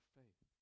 faith